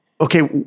Okay